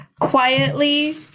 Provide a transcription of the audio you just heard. quietly